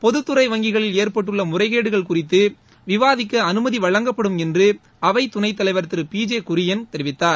பொதுத்துறை வங்கிகளில் ஏற்பட்டுள்ள முறைகேடுகள் குறித்து விவாதிக்க அனுமதி வழங்கப்படும் என்று அவைத் துணைத் தலைவர் திரு பிஜே குரியன் தெரிவித்தார்